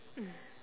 mm